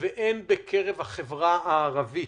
והן בקרב החברה הערבית.